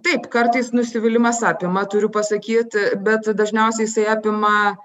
taip kartais nusivylimas apima turiu pasakyt bet dažniausiai jisai apima